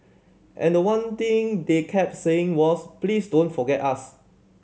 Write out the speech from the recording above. and the one thing they kept saying was please don't forget us